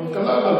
כלכלה.